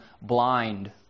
blind